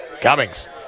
Cummings